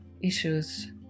issues